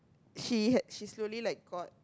she had she slowly like got